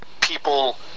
people